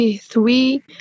three